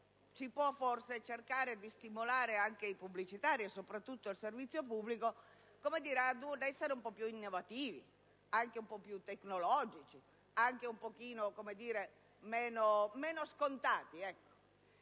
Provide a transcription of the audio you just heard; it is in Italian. si può forse cercare di stimolare anche i pubblicitari, soprattutto il servizio pubblico, ad essere un po' più innovativi, anche un po' più tecnologici, anche un po' meno scontati.